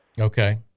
Okay